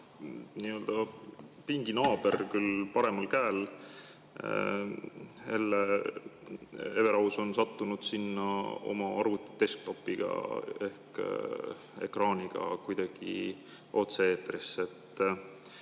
pinginaaber, küll paremal käel, Hele Everaus on sattunud sinna oma arvutidesktop'iga ehk ekraaniga otse-eetrisse.